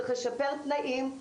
צריך לשפר תנאים,